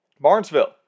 Barnesville